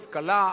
השכלה,